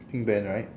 pink band right